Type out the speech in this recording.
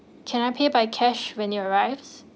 can I pay by cash when it arrives